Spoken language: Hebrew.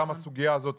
גם הסוגיה הזאת